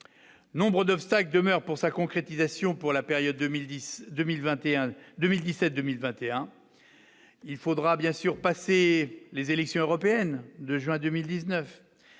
nombre d'obstacles demeurent pour sa concrétisation pour la période 2010 2021 2017, 2021, il faudra bien sûr passer les élections européennes de juin 2019,